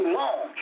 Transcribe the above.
long